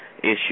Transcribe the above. issue